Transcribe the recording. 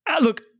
Look